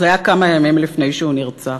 זה היה כמה ימים לפני שהוא נרצח.